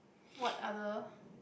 what other